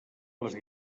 les